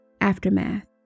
aftermath